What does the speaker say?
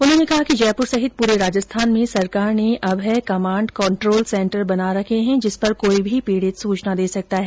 उन्होंने कहा कि जयपुर सहित पूरे राजस्थान में सरकार ने अभय कमाण्ड सेन्टर बना रखे है जिस पर कोई भी पीडित सूचना दे सकता है